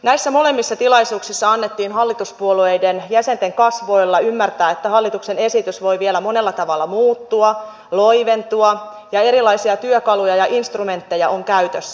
näissä molemmissa tilaisuuksissa annettiin hallituspuolueiden jäsenten kasvoilla ymmärtää että hallituksen esitys voi vielä monella tavalla muuttua loiventua ja erilaisia työkaluja ja instrumentteja on käytössä